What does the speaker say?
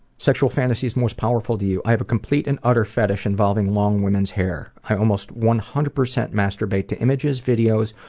sexual fantasies most powerful to you? i have a complete and utter fetish involving long womens' hair. i almost one hundred percent masturbate to images, videos,